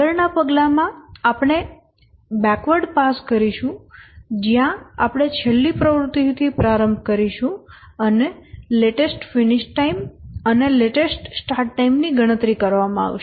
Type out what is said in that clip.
આગળનાં પગલામાં આપણે એક બેકવર્ડ પાસ કરીશું જ્યાં આપણે છેલ્લી પ્રવૃત્તિથી પ્રારંભ કરીશું અને લેટેસ્ટ ફિનિશ ટાઈમ અને લેટેસ્ટ સ્ટાર્ટ ટાઈમ ની ગણતરી કરવામાં આવશે